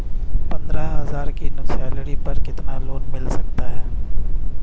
पंद्रह हज़ार की सैलरी पर कितना लोन मिल सकता है?